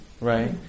right